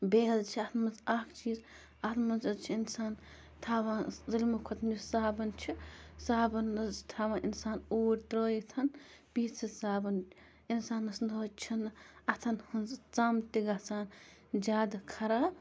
بیٚیہِ حظ چھِ اَتھ منٛز اَکھ چیٖز اَتھ منٛز حظ چھِ اِنسان تھاوان سلمہِ کھۄتہٕ یُس صابَن چھِ صابَن حظ چھِ تھاوان اِنسان اوٗرۍ ترٛٲیِتھ پیٖسِتھ صابَن اِنسانَس نہ حظ چھِنہٕ اَتھَن ہٕنٛز ژَم تہِ گژھان زیادٕ خراب